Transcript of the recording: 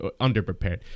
underprepared